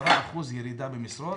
10% ירידה במשרות.